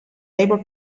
labour